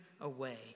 away